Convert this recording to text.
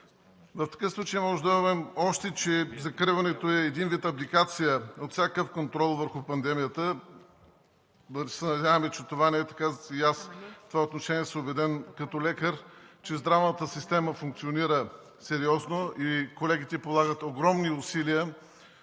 В такъв случай можем да кажем още, че закриването е един вид абдикация от всякакъв контрол върху пандемията. Да се надяваме, че това не е така. Аз в това отношение съм убеден като лекар, че здравната система функционира сериозно и колегите полагат огромни усилия.